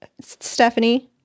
Stephanie